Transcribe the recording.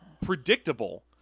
predictable